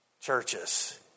Churches